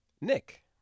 Nick